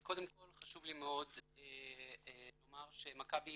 קודם כל חשוב לי מאוד לומר שמכבי פה,